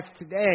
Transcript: today